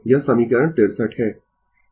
यह समीकरण 63 है